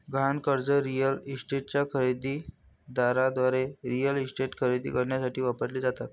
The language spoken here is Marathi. गहाण कर्जे रिअल इस्टेटच्या खरेदी दाराद्वारे रिअल इस्टेट खरेदी करण्यासाठी वापरली जातात